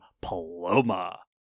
Paloma